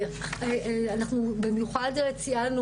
אנחנו במיוחד ציינו